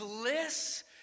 bliss